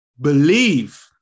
believe